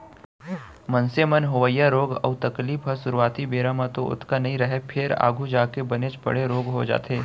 मनसे म होवइया रोग अउ तकलीफ ह सुरूवाती बेरा म तो ओतका नइ रहय फेर आघू जाके बनेच बड़े रोग हो जाथे